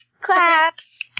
Claps